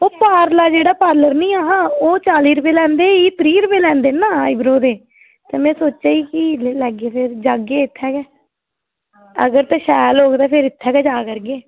ते ओह् परला जेह्ड़ा ओह् चाली रपेऽ लैंदे ते एह् त्रीह् रपे लैंदे ना आईब्रो दे ते में सोचा दी ही फिर जाह्ग इत्थें अगर ते शैल होग ते इत्थें गै जा करगे